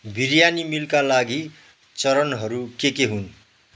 बिरयानी मिलका लागि चरणहरू के के हुन्